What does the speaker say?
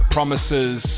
Promises